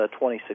2016